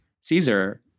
Caesar